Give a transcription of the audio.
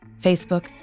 Facebook